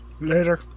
Later